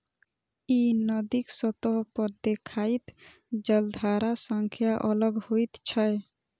ई नदीक सतह पर देखाइत जलधारा सं अलग होइत छै